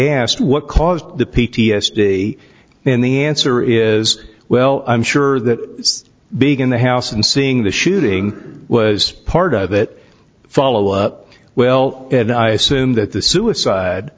asked what caused the p t s d and the answer is well i'm sure that big in the house and seeing the shooting was part of it follow up well and i assume that the suicide